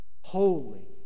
Holy